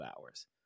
hours